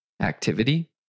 activity